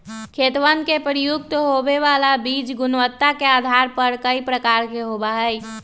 खेतवन में प्रयुक्त होवे वाला बीज गुणवत्ता के आधार पर कई प्रकार के होवा हई